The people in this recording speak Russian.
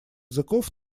языков